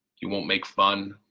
you won't make fun.